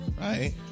right